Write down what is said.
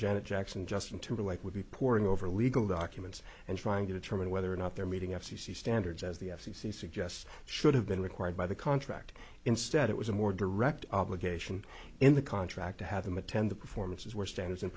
janet jackson justin timberlake would be poring over legal documents and trying to determine whether or not they're meeting f c c standards as the f c c suggests should have been required by the contract instead it was a more direct obligation in the contract to have them attend the performances were standards and